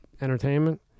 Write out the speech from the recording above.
entertainment